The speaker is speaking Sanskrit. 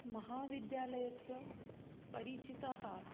महाविद्यालयस्य परिचितः